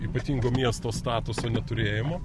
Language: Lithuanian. ypatingo miesto statuso neturėjimo